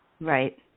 Right